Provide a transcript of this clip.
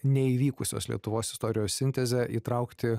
neįvykusios lietuvos istorijos sintezę įtraukti